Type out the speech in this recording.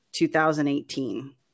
2018